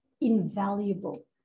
invaluable